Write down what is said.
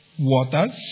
Waters